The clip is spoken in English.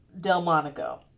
Delmonico